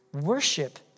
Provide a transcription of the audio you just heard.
Worship